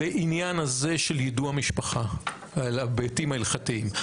לעניין הזה של יידוע המשפחה בהיבטים ההלכתיים?